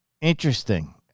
Interesting